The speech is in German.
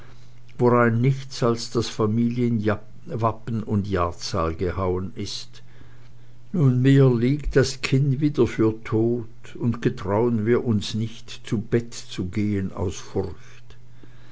worein nichts als das familienwappen und jahrzahl gehauen ist nunmehr liegt das kind wieder für todt und getrauen wir uns nicht zu bett zu gehen aus furcht